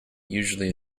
usually